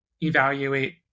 evaluate